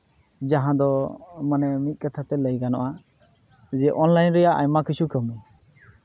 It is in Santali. ᱡᱟᱦᱟᱸ ᱫᱚ ᱢᱟᱱᱮ ᱢᱤᱫ ᱠᱟᱛᱷᱟ ᱛᱮ ᱞᱟᱹᱭ ᱜᱟᱱᱚᱜᱼᱟ ᱡᱮ ᱚᱱᱞᱟᱭᱤᱱ ᱨᱮᱭᱟᱜ ᱟᱭᱢᱟ ᱠᱤᱪᱷᱩ ᱠᱟᱹᱢᱤ